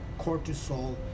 cortisol